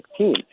2016